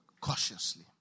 Cautiously